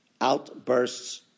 outbursts